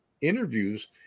interviews